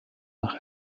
nach